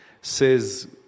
says